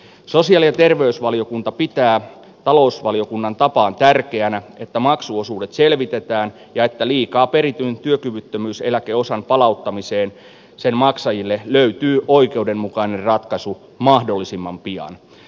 sosiaali ja terveysvaliokunta pitää talousvaliokunnan tapaan tärkeänä että maksuosuudet selvitetään ja että liikaa perityn työkyvyttömyyseläkeosan palauttamiseen sen maksajille löytyy oikeudenmukainen ratkaisu mahdollisimman pian